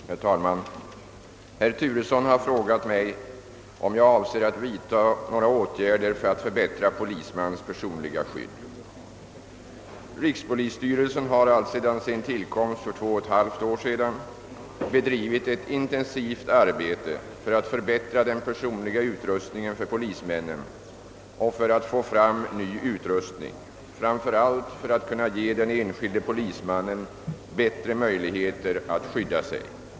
Herr talman! Herr Turesson har frågat mig om jag avser att vidta några åtgärder för att förbättra polismans personliga skydd. Rikspolisstyrelsen har sedan sin tillkomst den 1 juli 1964 bedrivit ett intensivt arbete för att förbättra den personliga utrustningen för polismännen och för att få fram ny utrustning, framför allt för att kunna ge den enskilde polismannen bättre möjligheter att skydda sig.